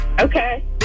Okay